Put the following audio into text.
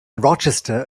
rochester